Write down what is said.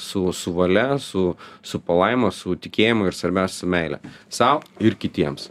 su su valia su su palaima su tikėjimu ir svarbiausia meile sau ir kitiems